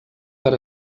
per